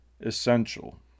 essential